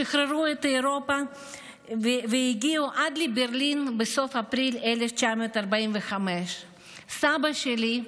שחררו את אירופה והגיעו עד לברלין בסוף אפריל 1945. סבא שלי,